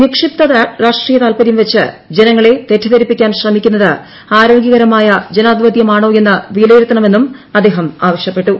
നിക്ഷിപ്ത രാഷ്ട്രീയ താത്പരൃം വച്ച് ജനങ്ങളെ തെറ്റിദ്ധരിപ്പിക്കാൻ ശ്രമിക്കുന്നത് ആരോഗ്യകരമായ ജനാധിപതൃമാണോയെന്ന് വിലയിരുത്തണമെന്നും ആദ്ദേഹം ആവശ്യപ്പെട്ടു